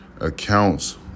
accounts